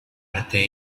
arte